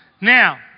Now